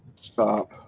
stop